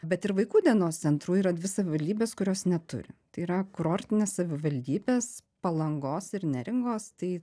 bet ir vaikų dienos centrų yra dvi savivaldybės kurios neturi tai yra kurortinės savivaldybės palangos ir neringos tai